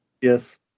Yes